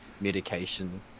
medication